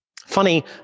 Funny